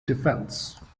defense